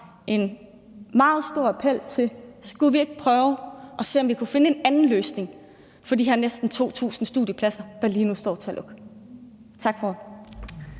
en meget stor appel om, om vi ikke skulle prøve at se, om vi kunne finde en løsning på de her næsten 2.000 studiepladser, der lige nu står til at lukke. Tak for